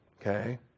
Okay